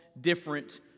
different